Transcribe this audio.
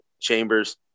Chambers